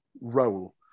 role